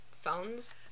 phones